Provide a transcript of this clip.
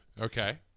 Okay